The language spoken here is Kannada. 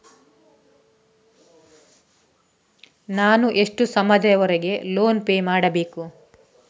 ನಾನು ಎಷ್ಟು ಸಮಯದವರೆಗೆ ಲೋನ್ ಪೇ ಮಾಡಬೇಕು?